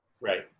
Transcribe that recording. Right